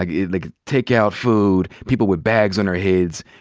like it like, take out food. people with bags on their heads.